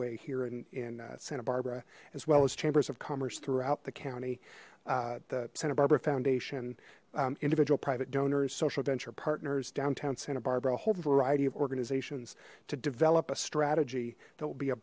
way here in santa barbara as well as chambers of commerce throughout the county the santa barbara foundation individual private donors social venture partners downtown santa barbara a whole variety of organizations to develop a strategy that will be a